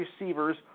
receivers